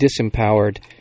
disempowered